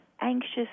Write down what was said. anxious